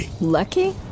Lucky